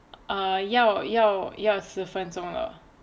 err 要要要十分钟了